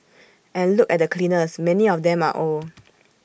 and look at the cleaners many of them are old